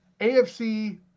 AFC